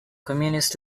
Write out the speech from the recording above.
communist